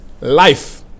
life